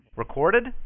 Recorded